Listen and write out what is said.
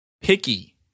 Picky